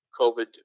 COVID